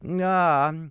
Ah